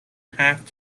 half